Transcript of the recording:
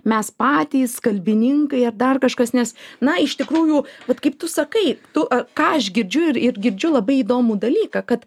mes patys kalbininkai ar dar kažkas nes na iš tikrųjų vat kaip tu sakai tu ką aš girdžiu ir ir girdžiu labai įdomų dalyką kad